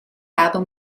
album